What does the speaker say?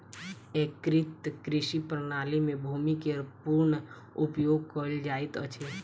एकीकृत कृषि प्रणाली में भूमि के पूर्ण उपयोग कयल जाइत अछि